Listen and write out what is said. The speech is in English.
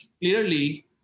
clearly